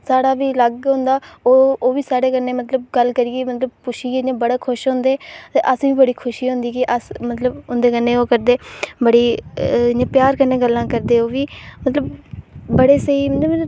साढ़ा बी अलग होंदा ओह् ओह् बी मतलब साढ़े कन्नै गल्ल् करियै मतलब पुच्छियै इ'यां बड़ा खुश होंदे असें ई बड़ी खुशी होंदी कू स मतलब उं'दे कन्नै ओह् करदे बड़ी इ'यां प्यार कन्नै गल्लां करदे ते ओह् बी मतलब बड़े स्हेईं मतलब